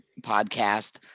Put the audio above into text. podcast